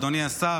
אדוני השר,